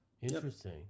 Interesting